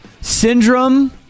Syndrome